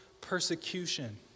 persecution